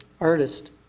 artist